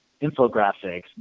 infographics